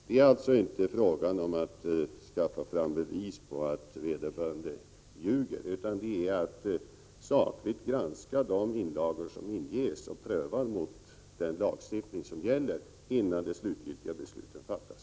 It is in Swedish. Det är alltså inte fråga om att skaffa fram bevis på att vederbörande ljuger, utan det är fråga om att sakligt granska de inlagor som inges och pröva dessa mot den lagstiftning som gäller, innan det slutgiltiga beslutet fattas.